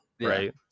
Right